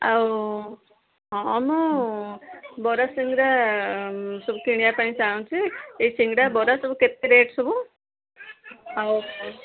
ଆଉ ହଁ ମୁଁ ବରା ସିଙ୍ଗଡ଼ା ସବୁ କିଣିବା ପାଇଁ ଚାହୁଁଛି ଏଇ ସିଙ୍ଗଡ଼ା ବରା ସବୁ କେତେ ରେଟ୍ ସବୁ ଆଉ